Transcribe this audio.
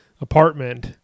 apartment